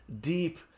Deep